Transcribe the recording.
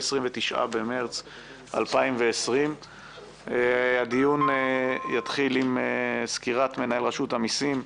29 במרץ 2020. הדיון יתחיל עם סקירת מנהל רשות המיסים.